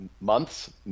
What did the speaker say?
months